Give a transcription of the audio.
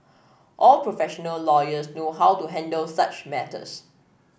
all professional lawyers know how to handle such matters